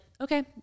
okay